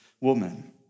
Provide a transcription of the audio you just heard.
woman